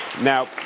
Now